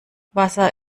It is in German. wasser